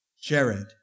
Jared